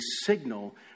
signal